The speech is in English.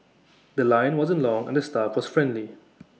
The Line wasn't long and the staff was friendly